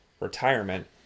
retirement